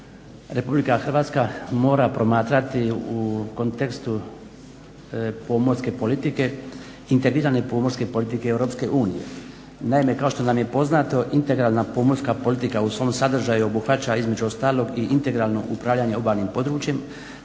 RH mora promatrati u kontekstu pomorske politike, integrirane pomorske politike EU. Naime, kao što nam je poznato integralna pomorska politika u svom sadržaju obuhvaća između ostalog i integralno upravljanje obalnim područjem